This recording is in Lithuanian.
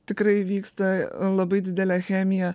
tikrai įvyksta labai didelė chemija